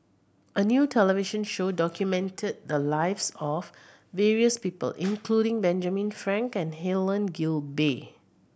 a new television show documented the lives of various people including Benjamin Frank and Helen Gilbey